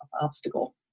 obstacle